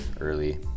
early